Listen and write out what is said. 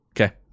Okay